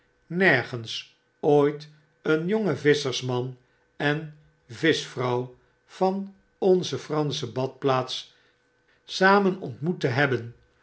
nergens ooit een jongen visscherman en vischvrouw van onze fransche badplaats samen ontmoet te hebben